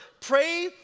pray